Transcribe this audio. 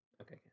okay